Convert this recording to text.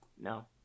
No